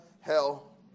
hell